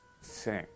sing